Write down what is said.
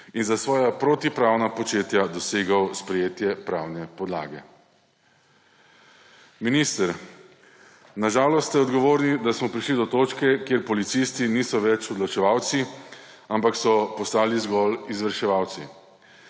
in za svoja protipravna početja dosegel sprejetje pravne podlage. Minister, na žalost ste odgovorni, da smo prišli do točke, kjer policisti niso več odločevalci, ampak so postali zgolj izvrševalci.